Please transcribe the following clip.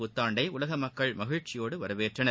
புத்தாண்டை உலக மக்கள் மகிழ்ச்சியோடு வரவேற்றனர்